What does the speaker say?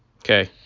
Okay